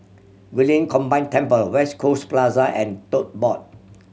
Guilin Combined Temple West Coast Plaza and Tote Board